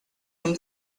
him